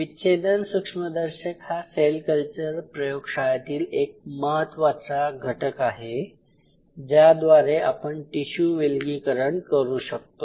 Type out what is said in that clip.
विच्छेदन सूक्ष्मदर्शक हा सेल कल्चर प्रयोगशाळेतील एक महत्वाचा घटक आहे ज्याद्वारे आपण टिशू विलगीकरण करू शकतो